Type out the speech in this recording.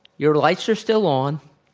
your lights are still on.